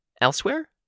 Elsewhere